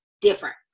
different